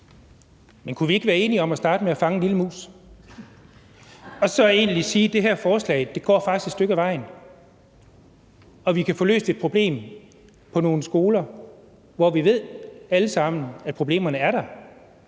Men kunne vi ikke være enige om at starte med at fange en lille mus og så sige, at det her forslag faktisk går et stykke ad vejen, og at vi kan få løst et problem på nogle skoler, hvor vi alle ved der er problemer? Så